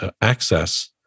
access